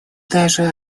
даже